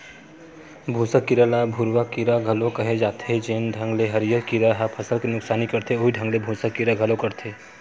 भूँसा कीरा ल भूरूवा कीरा घलो केहे जाथे, जेन ढंग ले हरियर कीरा ह फसल के नुकसानी करथे उहीं ढंग ले भूँसा कीरा घलो करथे